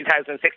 2006